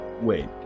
Wait